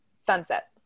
Sunset